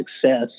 success